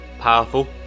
powerful